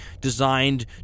designed